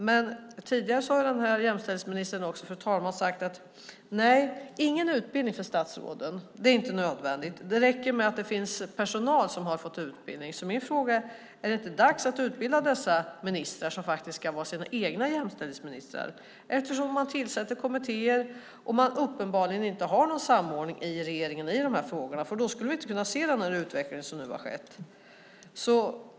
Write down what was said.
Men tidigare har den här jämställdhetsministern också, fru talman, sagt: Nej, ingen utbildning för statsråden! Det är inte nödvändigt. Det räcker med att det finns personal som har fått utbildning, menar hon. Min fråga är: Är det inte dags att utbilda dessa ministrar som faktiskt ska vara sina egna jämställdhetsministrar? Regeringen tillsätter ju kommittéer, och det finns uppenbarligen ingen samordning i regeringen i de här frågorna. Då skulle vi inte kunna se den utveckling som nu har skett.